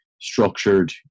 structured